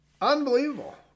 Unbelievable